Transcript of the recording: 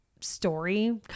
story